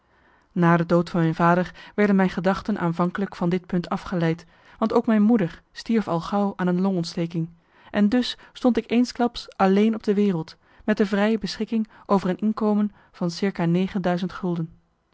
na de dood van mijn vader werden mijn gedachten aanvankelijk van di punt afgeleid want ook mijn moeder stierf al gauw aan een longontsteking en dus stond ik eensklaps alleen op de wereld met de vrije beschikking over een inkomen van circa negenduizend gulden